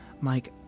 Mike